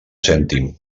cèntim